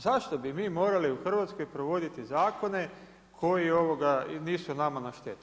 Zašto bi mi morali u Hrvatskoj provoditi zakone koji nisu nama na štetu.